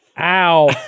ow